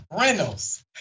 Reynolds